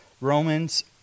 Romans